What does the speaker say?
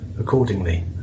accordingly